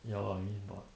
ya lah I mean but